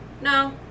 No